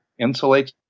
insulates